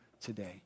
today